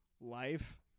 life